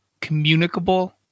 communicable